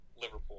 liverpool